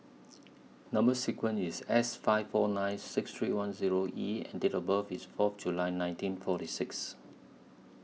Number sequence IS S five four nine six three one Zero E and Date of birth IS Fourth July nineteen forty six